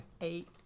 Eight